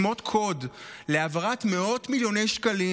שמות קוד להעברת מאות מיליוני שקלים